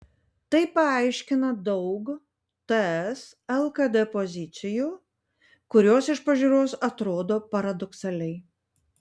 tai paaiškina daug ts lkd pozicijų kurios iš pažiūros atrodo paradoksaliai